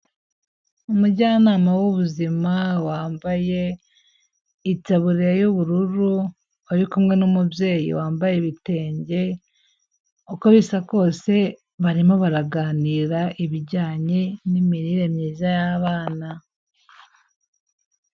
Umujyanama w'ubuzima wambaye itaburiya y'ubururu, uri kumwe n'umubyeyi wambaye ibitenge, uko bisa kose barimo baraganira ibijyanye n'imirire myiza y'abana.